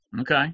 Okay